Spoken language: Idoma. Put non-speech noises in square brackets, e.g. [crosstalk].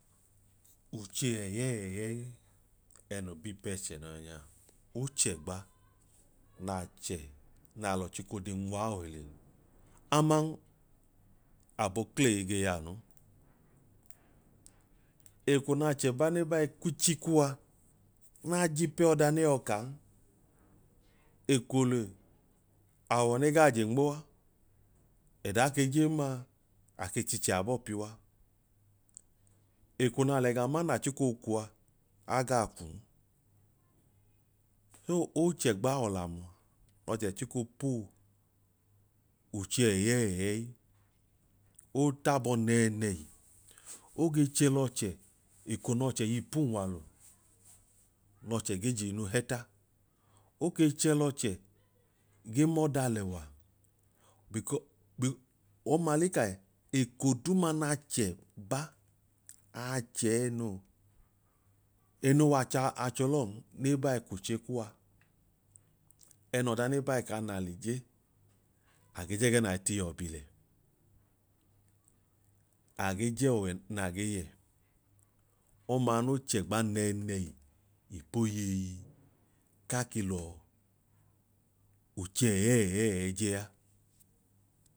Uche ẹyẹẹyẹi ẹẹnoo bii pẹchẹ no yọnyaa, ochẹgba l'achẹ na lọ chiko de nwaa ohile aman abọokleyi ge y'aanu. Eko n'achẹ ba ne bai kuchi kuwa na ji peyi ọda ne yọọ kaa'n ekohile awọ ne gaa je nmoa ẹdaa ke jen ma, ake chiche abọọ piyuwa eko na l'ẹga ma naa chiko ku a, agaa kun, so ochẹgba ọlamua n'ọchẹ chiko pu uche ẹyẹẹyẹi, oota bọ nẹẹnẹhi oge chẹ l'ọchẹ eko n'ọchẹ y'ipunwalu n'ọchẹ ge jiinu hẹta. Oke chẹ l'ọchẹ ge m'ọda, lẹwa [unintelligible] eko duuma n'achẹ ba achẹẹno w'achẹ achọlọn ne bai k'uche kuwa ẹnọọda ne bai kaa na le je age jẹgẹ nai tii yọ bi lẹ. Age jọọwẹ naa ge yẹ ọmaa no chẹgba nẹẹnẹhi ipoyeyi kaa ke lọọ uche ẹyẹẹyẹi je a